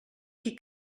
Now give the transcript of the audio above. qui